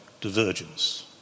divergence